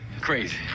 Crazy